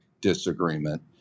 disagreement